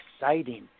exciting